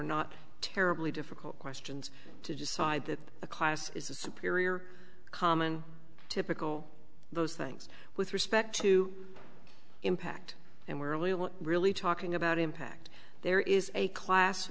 not terribly difficult questions to decide that a class is a superior common typical those things with respect to impact and we're really really talking about impact there is a class